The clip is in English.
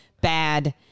bad